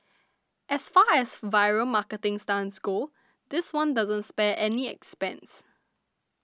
as far as viral marketing stunts go this one doesn't spare any expense